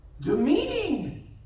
demeaning